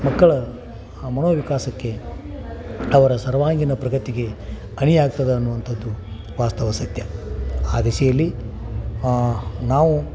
ಮಕ್ಕಳ ಮನೋವಿಕಾಸಕ್ಕೆ ಅವರ ಸರ್ವಾಂಗೀಣ ಪ್ರಗತಿಗೆ ಅಣಿಯಾಗ್ತದೆ ಅನ್ನುವಂಥದ್ದು ವಾಸ್ತವ ಸತ್ಯ ಆ ದೆಸೆಯಲ್ಲಿ ನಾವು